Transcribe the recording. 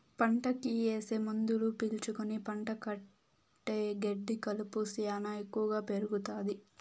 పంటకి ఏసే మందులు పీల్చుకుని పంట కంటే గెడ్డి కలుపు శ్యానా ఎక్కువగా పెరుగుతాది